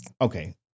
Okay